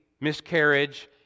miscarriage